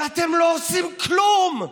ואתם לא עושים כלום.